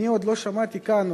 אני עוד לא שמעתי כאן,